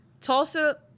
Tulsa